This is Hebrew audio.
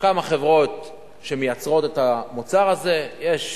כמה חברות שמייצרות את המוצר הזה, יש